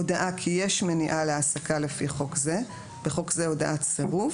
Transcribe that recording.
הודעה כי יש מניעה להעסקה לפי חוק זה (בחוק זה הודעת סירוב),